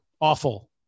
awful